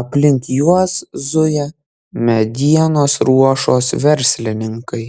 aplink juos zuja medienos ruošos verslininkai